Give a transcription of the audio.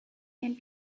and